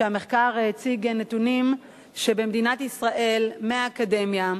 והמחקר הציג נתונים שבמדינת ישראל יש דרישה מהאקדמיה,